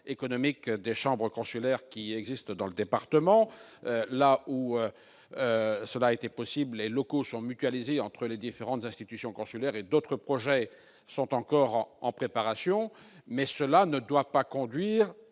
économique des chambres consulaires existe dans le département. Là où c'est possible, les locaux sont mutualisés entre les différentes institutions consulaires. D'autres projets sont en préparation, mais ils ne doivent pas conduire